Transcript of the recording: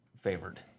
favored